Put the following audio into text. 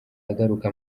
agaruka